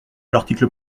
l’article